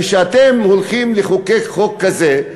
כשאתם הולכים לחוקק חוק כזה,